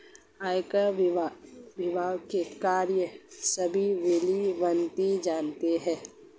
आयकर विभाग का कार्य सभी भली भांति जानते हैं